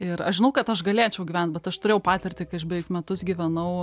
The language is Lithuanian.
ir aš žinau kad aš galėčiau gyvent bet aš turėjau patirtį kai aš beveik metus gyvenau